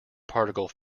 particle